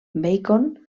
bacon